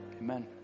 Amen